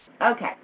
Okay